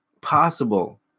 possible